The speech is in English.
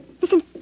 Listen